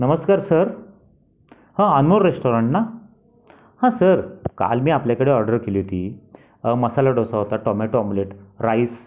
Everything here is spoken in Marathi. नमस्कार सर हां अनमोल रेस्टोरंट ना हां सर काल मी आपल्याकडं ऑर्डर केली होती मसाला डोसा होता टोमॅटो ऑम्लेट राइस